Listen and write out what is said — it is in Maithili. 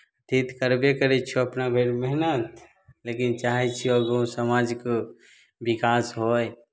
अथी तऽ करबे करै छियह अपना भरि मेहनत लेकिन चाहै छियह गाँव समाजके विकास होय